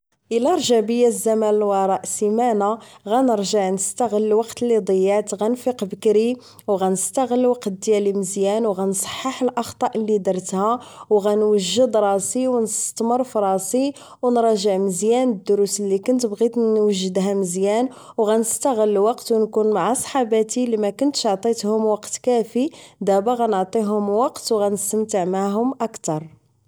الا رجع بيا الزمان للوراء سيمانة غنرجع نستغل الوقت اللي ضيعت غنفيق بكري و غنستغل الوقت ديالي مزيان و غنصحح الاخطاء اللي درتها و غنوجد راسي و نستتمر فراسي و نراجع مزيان للدروس اللي كنت بغيت نوجدهم مزيان و غنستغل الوقت و نكون مع صحباتي اللي ماكنتش عطيتهم الوقت الكافي دبا غنعطيهوم و قت وغادي غستمتع معاهم اكثر